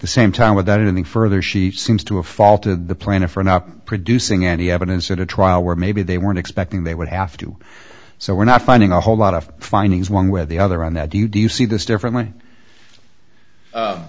the same time without anything further she seems to have faulted the plaintiff for not producing any evidence at a trial where maybe they weren't expecting they would have to so we're not finding a whole lot of findings one way or the other on that do you do you see this differently